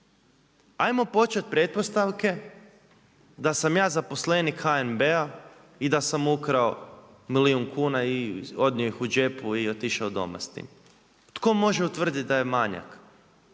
Ajmo početi pretpostavke da sam ja zaposlenik HNB-a i da sam ukrao milijun kuna i odnio ih u džepu i otišao doma s tim. Tko može utvrditi da je manjak?